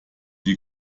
die